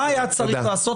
מה היה צריך לעשות?